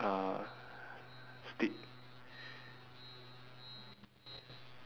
uh stick